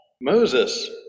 Moses